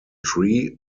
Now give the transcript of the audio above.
tree